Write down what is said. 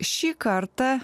šį kartą